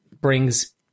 brings